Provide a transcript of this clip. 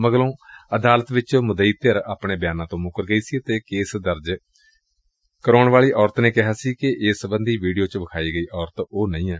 ਮਗਰੋ ਅਦਾਲਤ ਵਿਚ ਮੁਦੱਈ ਧਿਰ ਆਪਣੇ ਬਿਆਨਾਂ ਤੋ ਮੁੱਕਰ ਗਈ ਸੀ ਅਤੇ ਕੇਸ ਦਰਜ ਕਰਾਉਣ ਵਾਲੀ ਔਰਤ ਨੇ ਕਿਹਾ ਸੀ ਕਿ ਇਸ ਸਬੰਧੀ ਵੀਡੀਓ ਚ ਵਿਖਾਈ ਗਈ ਔਰਤ ਉਹ ਨਹੀਂ ਏ